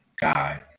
god